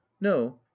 No